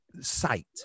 sight